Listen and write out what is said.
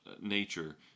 nature